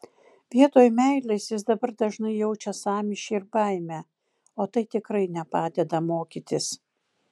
vietoj meilės jis dabar dažnai jaučia sąmyšį ir baimę o tai tikrai nepadeda mokytis